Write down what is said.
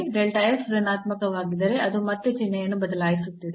ಋಣಾತ್ಮಕವಾಗಿದ್ದರೆ ಅದು ಮತ್ತೆ ಚಿಹ್ನೆಯನ್ನು ಬದಲಾಯಿಸುತ್ತಿದೆ